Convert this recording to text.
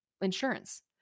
insurance